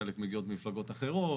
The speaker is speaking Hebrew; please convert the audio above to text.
חלק מגיעות ממפלגות אחרות.